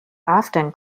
often